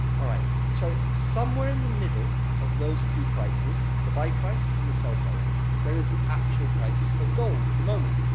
all right so, somewhere in the middle of those two prices, the buy price and the sell price, there is the actual price of gold at the moment.